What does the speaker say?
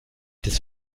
das